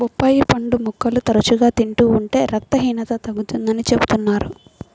బొప్పాయి పండు ముక్కలు తరచుగా తింటూ ఉంటే రక్తహీనత తగ్గుతుందని చెబుతున్నారు